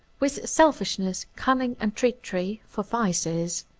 with selfishness, cunning, and treachery for vices.